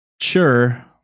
sure